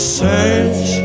search